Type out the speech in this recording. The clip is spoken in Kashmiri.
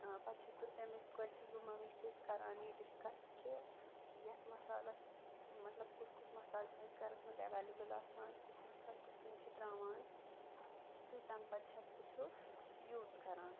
آ پَتہٕ چھَس بہٕ تٔمِس گۄڈٕ چھَس بہٕ ممی سۭتۍ کَران یہِ ڈِسکَس کہِ یتھ مَسالَس مَطلَب کُس کُس مَسالہٕ چھُ اَسہِ گَرَس مَنٛز اَیٚویلیبٕل آسان کُس مَسالہٕ کِتھٕ کٔنۍ چھِ ترٛاوان تہٕ تَمہِ پَتہٕ چھَس بہٕ سُہ یوٗز کَران